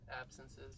absences